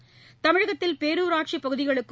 ராஜா தமிழகத்தில் பேரூராட்சிப் பகுதிகளுக்கும்